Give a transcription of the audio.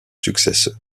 successeur